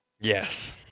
Yes